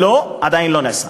לא, עדיין לא נעשה.